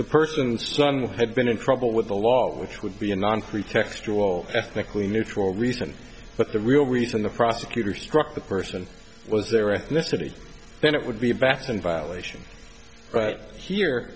the person strong had been in trouble with the law which would be in moncrief textual ethnically neutral reason but the real reason the prosecutor struck the person was their ethnicity then it would be back in violation right here